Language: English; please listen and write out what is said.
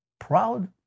proud